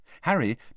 Harry